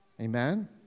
Amen